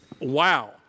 Wow